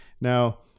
now